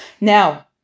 Now